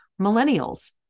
millennials